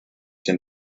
den